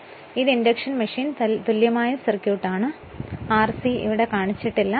അതിനാൽ ഇത് induction machine തുല്യമായ സർക്യൂട്ട് ആണ് എന്നാൽ r c ഇവിടെ കാണിച്ചിട്ടില്ല